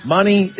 Money